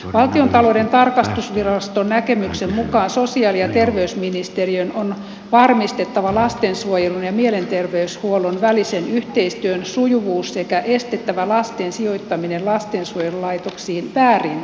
valtiontalouden tarkastusviraston näkemyksen mukaan sosiaali ja terveysministeriön on varmistettava lastensuojelun ja mielenterveyshuollon välisen yhteistyön sujuvuus sekä estettävä lasten sijoittaminen lastensuojelulaitoksiin väärin perustein